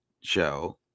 show